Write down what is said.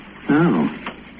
No